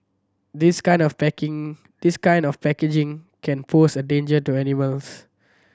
this kind of package this kind of packaging can pose a danger to animals